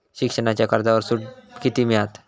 शिक्षणाच्या कर्जावर सूट किती मिळात?